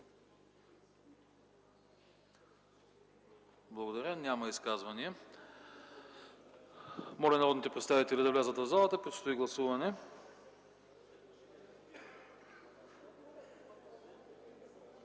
Изказвания? Няма изказвания. Моля, народните представители да влязат в залата. Предстои гласуване.